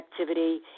activity